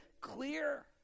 clear